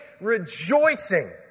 rejoicing